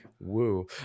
Woo